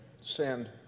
send